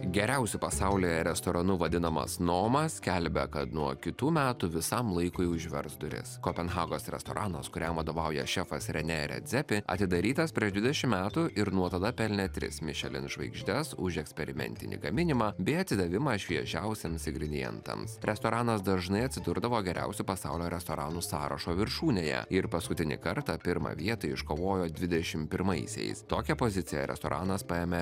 geriausiu pasaulyje restoranu vadinamas noma skelbia kad nuo kitų metų visam laikui užvers duris kopenhagos restoranas kuriam vadovauja šefas renė redzepi atidarytas prieš dvidešim metų ir nuo tada pelnė tris mišelin žvaigždes už eksperimentinį gaminimą bei atsidavimą šviežiausiems ingredientams restoranas dažnai atsidurdavo geriausių pasaulio restoranų sąrašo viršūnėje ir paskutinį kartą pirmą vietą iškovojo dvidešim pirmaisiais tokią poziciją restoranas paėmė